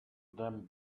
them